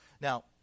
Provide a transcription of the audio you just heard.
Now